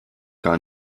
gar